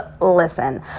listen